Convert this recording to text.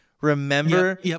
Remember